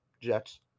Jets